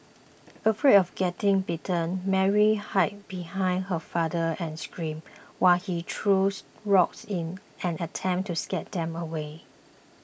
afraid of getting bitten Mary hid behind her father and screamed while he throws rocks in an attempt to scare them away